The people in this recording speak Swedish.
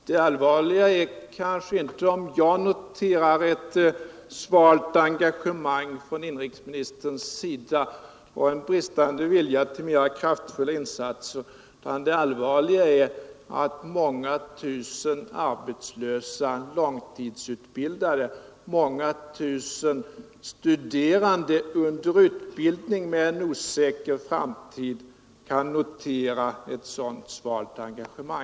Det allvarliga är kanske inte om jag noterar ett svalt engagemang från inrikesministerns sida och en bristande vilja till mera kraftfulla insatser, utan det allvarliga är att många tusen arbetslösa långtidsutbildade och många tusen studerande under utbildning med en osäker framtid kan notera ett sådant svalt engagemang.